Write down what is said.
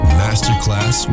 masterclass